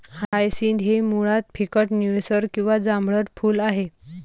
hyacinth हे मुळात फिकट निळसर किंवा जांभळट फूल आहे